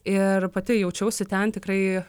ir pati jaučiausi ten tikrai